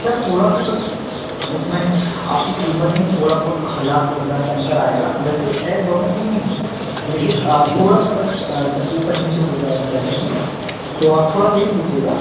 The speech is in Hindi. सर थोड़ा सा बस उसमें आपकी कीमत में थोड़ा बहुत हजार दो हजार का अंतर आएगा वैसे है दोनो सेम ही लेकिन थोड़ा सा बस सर ऊपर नीचे हो जाएगा पैसों में तो आप थोड़ा देख लीजिएगा